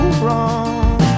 wrong